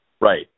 Right